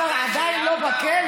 אחרי שהוא אמר: עדיין לא בכלא,